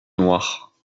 noirs